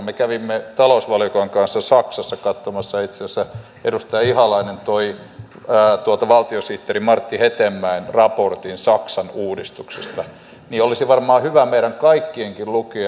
me kävimme talousvaliokunnan kanssa saksassa katsomassa itse asiassa edustaja ihalainen toi valtiosihteeri martti hetemäen raportin saksan uudistuksista se olisi varmaan hyvä meidän kaikkienkin lukea